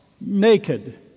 naked